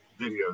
videos